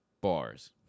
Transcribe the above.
Bars